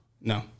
No